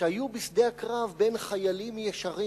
שהיו בשדה הקרב בין חיילים ישרים,